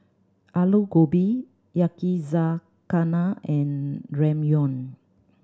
Alu Gobi Yakizakana and Ramyeon